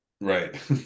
Right